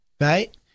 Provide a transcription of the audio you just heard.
right